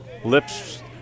Lips